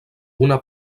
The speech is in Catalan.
una